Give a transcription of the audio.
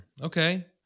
Okay